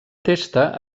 testa